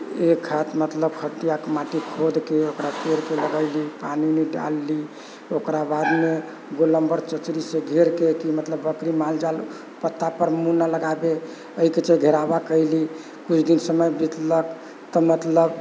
एक हाथ मतलब हथियाके माटि खोदके ओकरा पेड़के लगैलीह पानि उनि डाललीह ओकरा बादमे गोलम्बर चचरी से घेरके कि बकरी माल जाल पत्ता पर मूँह न लगाबै एहिके चलते घेरावा कयलीह किछु दिन समय बितलक तऽ मतलब